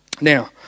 Now